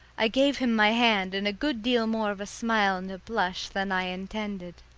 i gave him my hand and a good deal more of a smile and a blush than i intended.